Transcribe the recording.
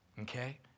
okay